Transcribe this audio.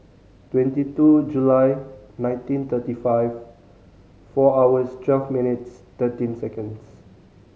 twenty two July nineteen thirty five four hours twelve minutes thirteen seconds